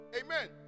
Amen